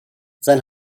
sein